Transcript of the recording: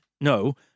No